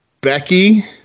Becky